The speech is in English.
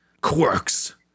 quirks